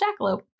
jackalope